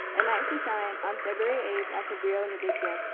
a night to shine, on february eighth, at cabrillo in the big gym.